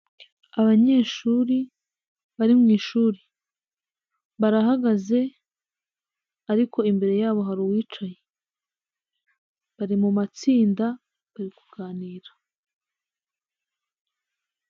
Abanyeshuri bari mu ishuri barahagaze ariko imbere yabo hari uwicaye, bari mu matsinda bari kuganira.